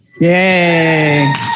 Yay